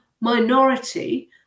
minority